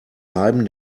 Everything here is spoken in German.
reiben